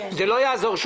זה לא יעזור.